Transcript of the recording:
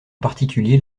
particulier